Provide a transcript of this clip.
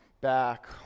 back